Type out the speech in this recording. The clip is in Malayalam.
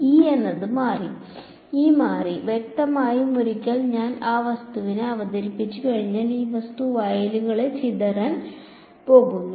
വിദ്യാർത്ഥി E മാറി E മാറി വ്യക്തമായും ഒരിക്കൽ ഞാൻ ആ വസ്തുവിനെ അവതരിപ്പിച്ചുകഴിഞ്ഞാൽ ആ വസ്തു വയലുകളെ ചിതറിക്കാൻ പോകുന്നു